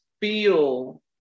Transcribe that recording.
feel